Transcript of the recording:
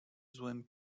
złym